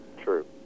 True